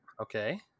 Okay